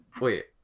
wait